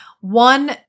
one